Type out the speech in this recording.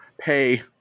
pay